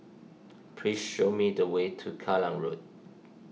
please show me the way to Kallang Road